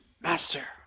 Master